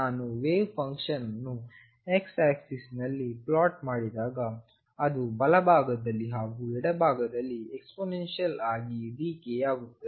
ನಾನು wave function ಅನ್ನು x axis ನಲ್ಲಿ ಪ್ಲಾಟ್ ಮಾಡಿದಾಗ ಅದು ಬಲಭಾಗದಲ್ಲಿ ಹಾಗೂ ಎಡಭಾಗದಲ್ಲಿ ಎಕ್ಸ್ಪೋನೆಂಶಿಯಲ್ ಆಗಿ ಡಿಕೆ ಆಗುತ್ತದೆ